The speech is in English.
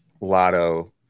lotto –